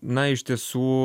na iš tiesų